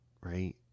right